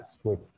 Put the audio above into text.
switch